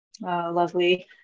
Lovely